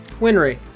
Winry